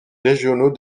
régionaux